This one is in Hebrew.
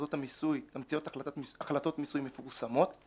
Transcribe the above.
תמצית החלטות מיסוי מפורסמות,